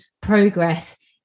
progress